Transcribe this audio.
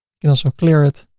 you can also clear it,